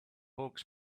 hawks